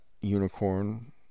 unicorn